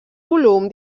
volum